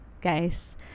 guys